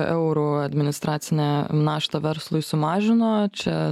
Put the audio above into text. eurų administracinę naštą verslui sumažino čia